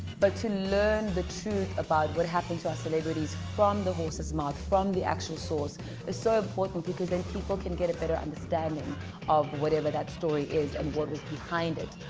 but to learn the truth about but what to our celebrities from the horse's mouth from the actual source it's so important because then people can get a better understanding of whatever that story is and what is behind it